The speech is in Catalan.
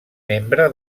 membre